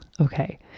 okay